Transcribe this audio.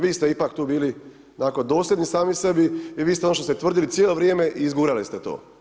Vi ste ipak tu bili onako dosljedni sami sebi i vi ste ono što ste tvrdili cijelo vrijeme i izgurali ste to.